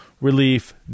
relief